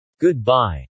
Goodbye